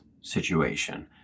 situation